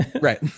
Right